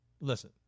listen